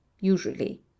usually